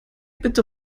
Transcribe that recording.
bitte